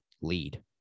lead